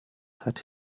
hat